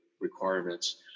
requirements